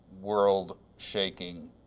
world-shaking